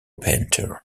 painter